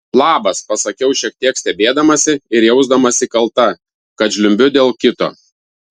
labas pasakiau šiek tiek stebėdamasi ir jausdamasi kalta kad žliumbiu dėl kito